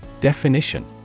Definition